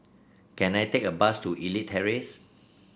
can I take a bus to Elite Terrace